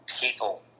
People